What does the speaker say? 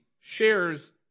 shares